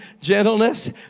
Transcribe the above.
gentleness